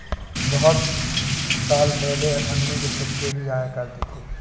बहुत साल पहले अठन्नी के सिक्के भी आया करते थे